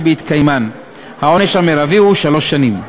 שבהתקיימן העונש המרבי הוא שלוש שנים.